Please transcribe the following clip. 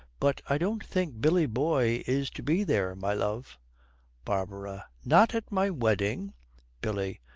but i don't think billy boy is to be there, my love barbara. not at my wedding billy.